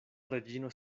reĝino